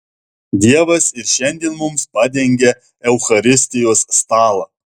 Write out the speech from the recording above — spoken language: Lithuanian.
dievas ir šiandien mums padengia eucharistijos stalą